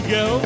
go